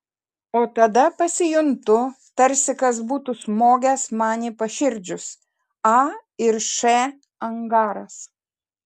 o tada pasijuntu tarsi kas būtų smogęs man į paširdžius a ir š angaras